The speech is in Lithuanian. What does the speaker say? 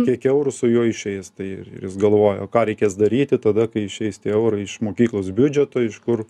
kiek eurų su juo išeis tai ir jis galvoja o ką reikės daryti tada kai išeis tie eurai iš mokyklos biudžeto iš kur